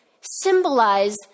symbolize